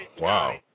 wow